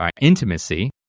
intimacy